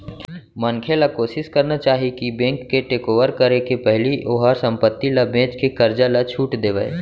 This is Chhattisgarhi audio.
मनखे ल कोसिस करना चाही कि बेंक के टेकओवर करे के पहिली ओहर संपत्ति ल बेचके करजा ल छुट देवय